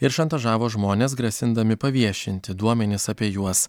ir šantažavo žmones grasindami paviešinti duomenis apie juos